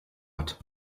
hat